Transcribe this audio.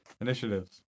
Initiatives